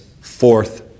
fourth